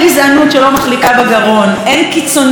אין קיצוניות שלא עושה איזה חם בבטן,